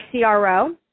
CRO